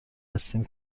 هستیم